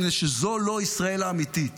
מפני שזו לא ישראל האמיתית.